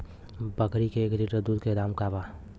बकरी के एक लीटर दूध के का दाम बा?